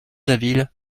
habile